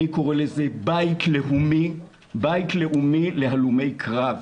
אני קורא לזה בית לאומי להלומי קרב.